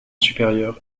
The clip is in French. supérieur